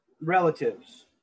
relatives